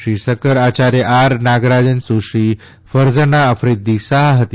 Shri Sankar Acharya R Nagaraj Sushri Farzana Afridi સાહ હતી